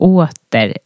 åter